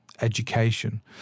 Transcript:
education